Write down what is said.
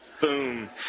Boom